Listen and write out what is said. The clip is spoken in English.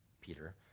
Peter